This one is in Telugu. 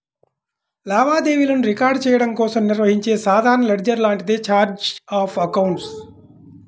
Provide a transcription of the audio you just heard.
లావాదేవీలను రికార్డ్ చెయ్యడం కోసం నిర్వహించే సాధారణ లెడ్జర్ లాంటిదే ఛార్ట్ ఆఫ్ అకౌంట్స్